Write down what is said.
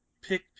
pick